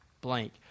blank